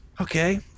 Okay